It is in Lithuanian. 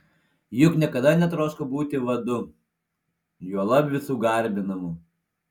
juk niekada netroško būti vadu juolab visų garbinamu